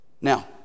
Now